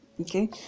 Okay